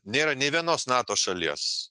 nėra nė vienos nato šalies